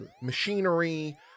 machinery